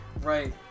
right